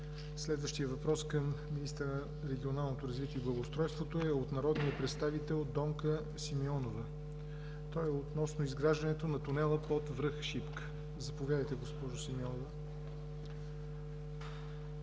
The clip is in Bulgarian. Следващият въпрос към министъра на регионалното развитие и благоустройството е от народния представител Донка Симеонова. Той е относно изграждането на тунела под връх Шипка. Заповядайте, госпожо Симеонова.